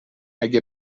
اگه